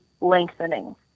lengthening